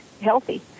healthy